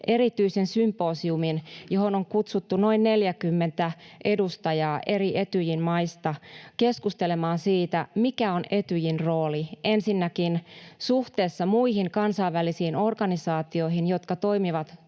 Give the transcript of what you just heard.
erityisen symposiumin, johon on kutsuttu noin 40 edustajaa eri Etyjin maista keskustelemaan ensinnäkin siitä, mikä on Etyjin rooli suhteessa muihin kansainvälisiin organisaatioihin, jotka toimivat